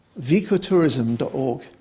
VicoTourism.org